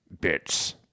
bits